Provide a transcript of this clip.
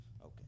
Okay